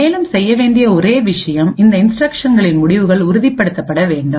மேலும் செய்ய வேண்டிய ஒரே விஷயம் இந்த இன்ஸ்டிரக்ஷன்களின் முடிவுகள் உறுதிப்படுத்தப்பட வேண்டும்